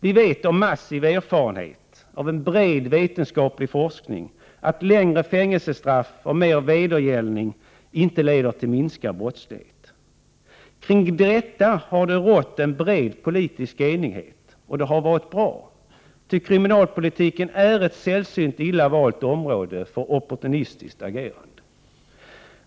Vi vet av massiv erfarenhet, av en bred vetenskaplig forskning att längre fängelsestraff och mer vedergällning inte leder till minskad brottslighet. Kring detta har det rått en bred politisk enighet. Detta har varit bra, ty kriminalpolitiken är ett sällsynt illa valt område för opportunistiskt agerande.